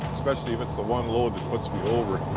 especially if it's the one load that puts me over.